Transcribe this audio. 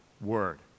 word